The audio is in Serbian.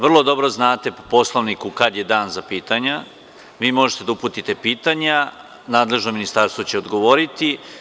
Vrlo dobro znate po Poslovniku kad je dan za pitanja, vi možete da uputite pitanja, nadležno ministarstvo će odgovoriti.